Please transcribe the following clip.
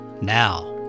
now